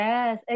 Yes